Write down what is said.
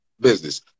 business